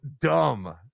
dumb